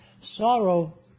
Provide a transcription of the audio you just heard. Sorrow